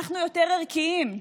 אנחנו יותר ערכיים,